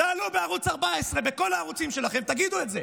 תעלו בערוץ 14, בכל הערוצים שלכם, תגידו את זה: